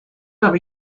leur